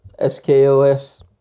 SKOS